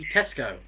Tesco